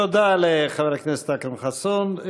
תודה לחבר הכנסת אכרם חסון.